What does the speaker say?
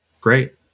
great